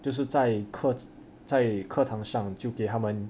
就是在客在课堂上就给他们